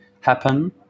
happen